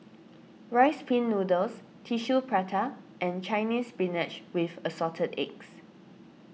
Rice Pin Noodles Tissue Prata and Chinese Spinach with Assorted Eggs